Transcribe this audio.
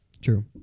True